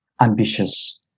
ambitious